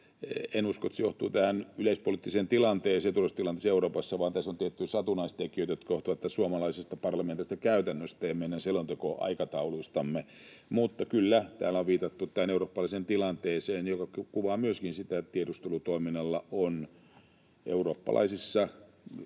En usko, että se johtuu tästä yleispoliittisesta tilanteesta ja turvallisuustilanteesta Euroopassa, vaan tässä on tiettyjä satunnaistekijöitä, jotka johtuvat suomalaisesta parlamentaarisesta käytännöstä ja meidän selontekoaikatauluistamme. Mutta kyllä, täällä on viitattu tähän eurooppalaiseen tilanteeseen, joka kuvaa myöskin sitä, että tiedustelutoiminnalla on eurooppalaisissa